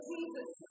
Jesus